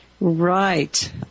Right